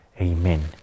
Amen